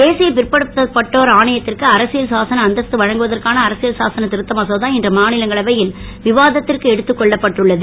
தேசிய பிற்படுத்தப்பட்டோர் ஆணையத்திற்கு அரசியல் சாசன அந்தஸ்து வழங்குவதற்கான அரசியல் சாசன இருத்த மசோதா இன்று மாநிங்களவையில் விவாதத்திற்கு எடுத்துக் கொள்ளப்பட்டுள்ளது